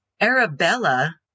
Arabella